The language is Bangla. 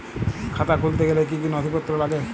খাতা খুলতে গেলে কি কি নথিপত্র লাগে?